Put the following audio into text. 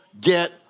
get